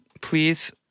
please